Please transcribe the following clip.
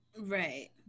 Right